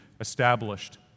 established